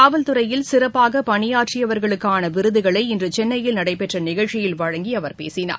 காவல்துறையில் சிறப்பாக பணியாற்றியவர்களுக்கான விருதுகளை இன்று சென்னையில் நடைபெற்ற நிகழ்ச்சியில் வழங்கி அவர் பேசினார்